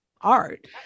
art